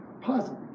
positive